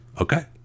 Okay